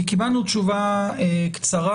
כי קיבלנו תשובה קצרה.